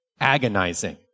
Agonizing